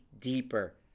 deeper